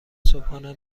صبحانه